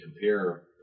compare